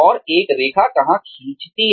और एक रेखा कहाँ खींचती है